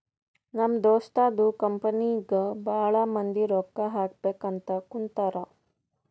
ನಮ್ ದೋಸ್ತದು ಕಂಪನಿಗ್ ಭಾಳ ಮಂದಿ ರೊಕ್ಕಾ ಹಾಕಬೇಕ್ ಅಂತ್ ಕುಂತಾರ್